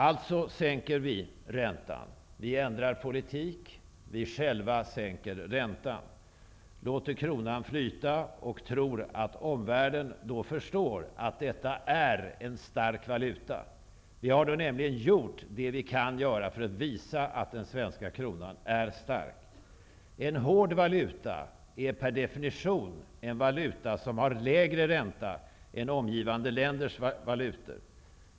Allts sänker vi räntan själva, ändrar politik, låter kronan flyta och tror att omvärlden då förstår att kronan är en stark valuta. Vi har nämligen gjort vad vi kan för att visa att den svenska kronan är stark. En hård valuta är per definition en valuta som har lägre ränta än omgivande länders valutor.